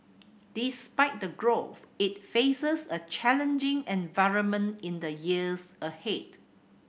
despite the growth it faces a challenging environment in the years ahead